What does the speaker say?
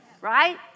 Right